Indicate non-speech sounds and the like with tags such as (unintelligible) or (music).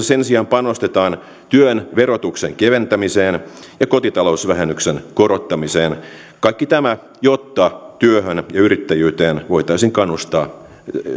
(unintelligible) sen sijaan panostetaan työn verotuksen keventämiseen ja kotitalousvähennyksen korottamiseen kaikki tämä jotta työhön ja yrittäjyyteen voitaisiin kannustaa